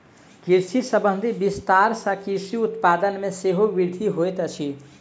कृषि संबंधी विस्तार सॅ कृषि उत्पाद मे सेहो वृद्धि होइत अछि